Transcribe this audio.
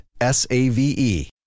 S-A-V-E